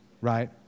right